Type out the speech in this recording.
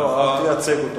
לא, אל תייצג אותו.